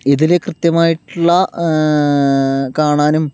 ഇതിൽ കൃത്യമായിട്ടുള്ള കാണാനും